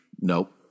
Nope